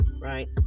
right